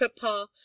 papa